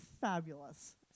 fabulous